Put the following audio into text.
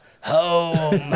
Home